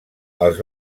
els